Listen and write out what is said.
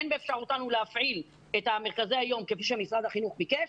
אין באפשרותנו להפעיל את מרכזי היום כפי שמשרד החינוך ביקש,